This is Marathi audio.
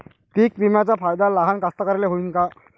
पीक विम्याचा फायदा लहान कास्तकाराइले होईन का?